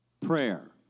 prayer